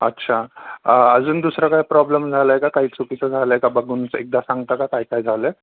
अच्छा अजून दुसरा काय प्रॉब्लेम झालं आहे काही चुकीचं झालं आहे का बघूनच एकदा सांगता का काय काय झालं आहे